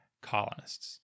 colonists